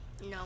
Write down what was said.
no